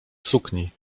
sukni